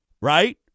right